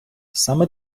саме